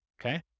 Okay